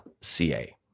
.ca